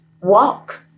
Walk